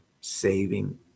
saving